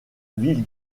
ville